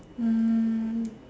um